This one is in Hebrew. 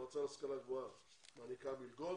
המועצה להשכלה גבוהה מעניקה מלגות,